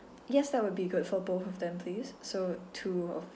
yes that would be good for both of them please so two of